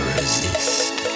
resist